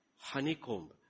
honeycomb